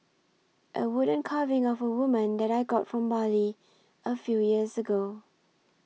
a wooden carving of a woman that I got from Bali a few years ago